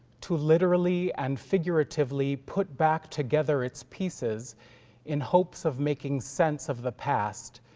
to literally and figuratively put back together its pieces in hopes of making sense of the past,